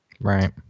Right